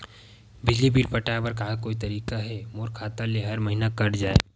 बिजली बिल पटाय बर का कोई तरीका हे मोर खाता ले हर महीना कट जाय?